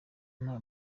nta